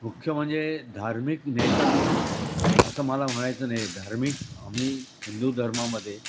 मुख्य म्हणजे धार्मिक नेता असं मला म्हणायचं नाही आहे धार्मिक आम्ही हिंदू धर्मामध्ये